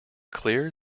clear